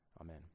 Amen